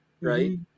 right